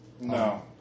No